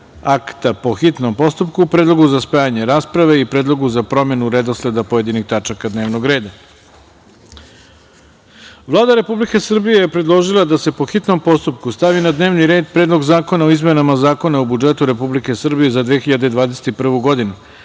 akta po hitnom postupku, predlogu za spajanje rasprave i predlogu za promenu redosleda pojedinih tačaka dnevnog reda. Vlada Republike Srbije predložila je da se, po hitnom postupku, stavi na dnevni red Predlog zakona o izmenama Zakona o budžetu Republike Srbije za 2021. godinu,